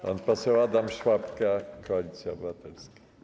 Pan poseł Adam Szłapka, Koalicja Obywatelska.